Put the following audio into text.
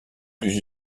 plus